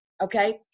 okay